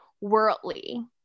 worldly